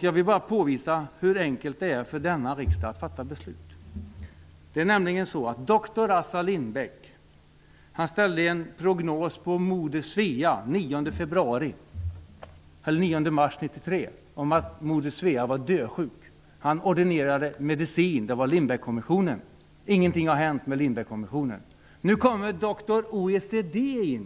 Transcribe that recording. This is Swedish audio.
Jag vill bara påvisa hur enkelt det är för denna riksdag att fatta beslut. Dr Assar Lindbeck ställde en prognos på Moder Svea den 9 mars 1993. Han sade att Moder Svea var dödssjuk och ordinerade medicin -- Lindbeckkommissionen. Ingenting har hänt med Lindbeckkommissionen. Nu kommer dr OECD